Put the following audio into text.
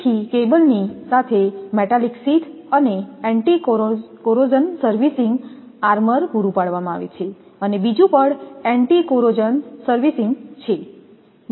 તેથી કેબલ ની સાથે મેટાલિક શીથ એન્ટીકોરોઝનસર્વિસિંગ આર્મર પૂરું પાડવામાં આવે છે અને બીજું પડ એન્ટીકોરોઝનસર્વિસિંગ છે